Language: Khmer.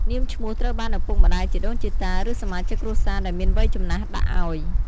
នាមឈ្មោះត្រូវបានឪពុកម្តាយ ជីដូនជីតា ឬ សមាជិកគ្រួសារដែលមានវ័យចំណាស់ដាក់ឲ្យ។